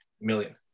million